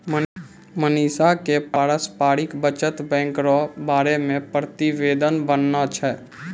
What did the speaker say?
मनीषा क पारस्परिक बचत बैंको र बारे मे प्रतिवेदन बनाना छै